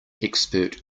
expert